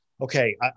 okay